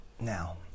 now